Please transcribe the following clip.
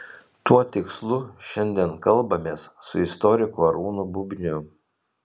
tuo tikslu šiandien kalbamės su istoriku arūnu bubniu